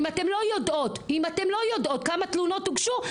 אם אתן לא יודעות כמה תלונות הוגשו,